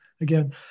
Again